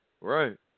right